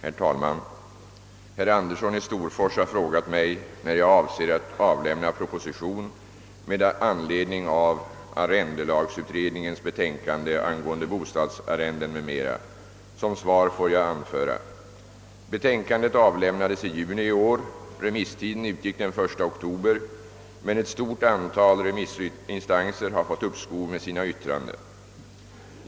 Herr talman! Herr Andersson i Storfors har frågat mig när jag avser att avlämna proposition med anledning av arrendelagsutredningens betänkande angående bostadsarrenden m.m, Som svar får jag anföra följande. Betänkandet avlämnades i juni månad i år. Remisstiden utgick den 1 oktober men ett stort antal remissinstanser har fått uppskov med sina yttranden.